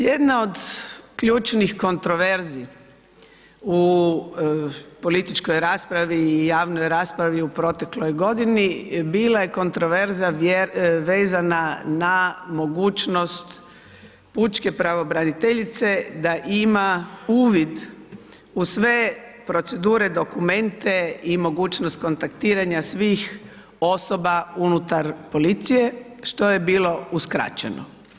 Jedna od ključnih kontraverzi u političkoj raspravi i javnoj raspravi u protekloj godini, bila je kontraverza vezana na mogućnost pučke pravobraniteljice da ima uvid u sve procedure, dokumente i mogućnost kontaktiranja svih osoba unutar policije što je bilo uskraćeno.